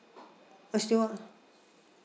ah still one